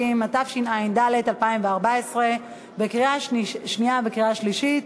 150), התשע"ד 2014, לקריאה שנייה ולקריאה שלישית.